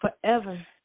forever